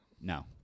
No